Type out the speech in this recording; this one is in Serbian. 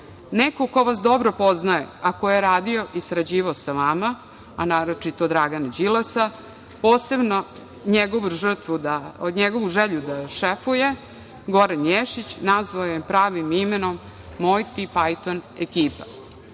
Neko ko vas dobro poznaje, a ko je radio i sarađivao sa vama, a naročito Dragana Đilasa, posebno njegovu želju da šefuje, Goran Ješić nazvao je pravim imenom "Mojti Pajton ekipa".